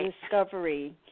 discovery